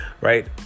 right